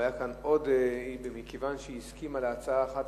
אבל מכיוון שהיא הסכימה להצעה אחת,